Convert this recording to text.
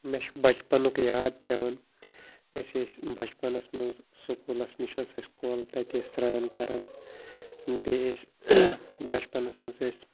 مےٚ چھُ بَچپَنُک یاد پٮ۪وان أسۍ ٲسۍ بَچپَنَس منٛز سکوٗلَس نِش ٲس اَسہِ کۄل تَتہِ ٲسۍ سرٛان کَران بیٚیہِ ٲسۍ بَچپَنَس منٛز أسۍ